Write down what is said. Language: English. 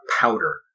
powder